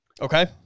Okay